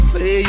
Say